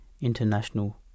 international